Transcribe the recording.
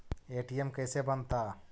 ATM कैसे बनता?